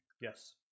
Yes